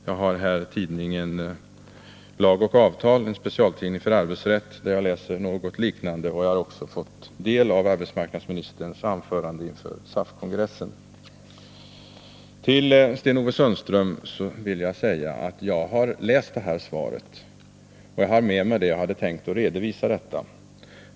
Jag har här tidningen Lag & Avtal — en specialtidning för arbetsrätt — där jag läser något liknande, och jag har också fått del av arbetsmarknadsministerns anförande inför SAF-kongressen. Till Sten-Ove Sundström vill jag säga att jag har läst det här svaret, jag har det med mig och jag hade tänkt redovisa det.